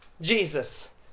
Jesus